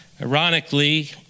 Ironically